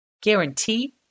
Guarantee